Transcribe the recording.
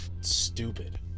stupid